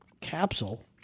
capsule